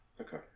okay